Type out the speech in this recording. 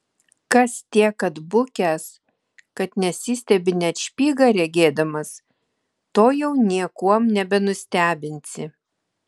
kas tiek atbukęs kad nesistebi net špygą regėdamas to jau niekuom nebenustebinsi